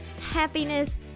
happiness